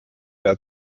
der